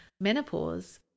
menopause